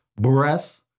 Breath